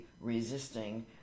resisting